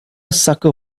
sucker